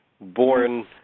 born